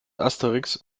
asterix